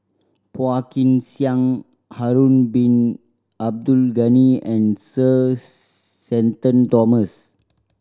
Phua Kin Siang Harun Bin Abdul Ghani and Sir Shenton Thomas